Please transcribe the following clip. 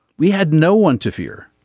we had no one to fear